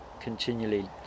continually